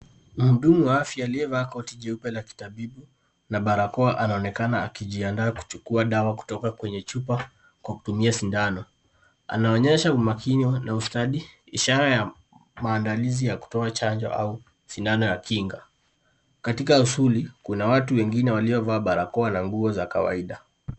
Mhudumu wa afya aliyevaa koti jeupe la kitabibu, na balakoa, anaonekana akijiandaa kuchukua dawa kutoka kwenye chupa kwa kutumia sindano. Anaonyesha umakini na ustadi, ishara ya maandalizi ya kutoa chanjo au sindano ya kinga. Katika shughuli kuna watu wengine waliovaa balakoa na nguo za kawaida.